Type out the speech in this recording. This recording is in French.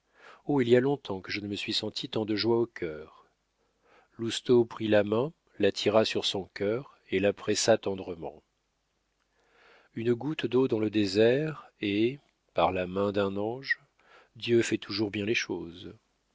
il y a long-temps que je ne me suis senti tant de joie au cœur lousteau prit la main l'attira sur son cœur et la pressa tendrement une goutte d'eau dans le désert et par la main d'un ange dieu fait toujours bien les choses